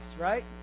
right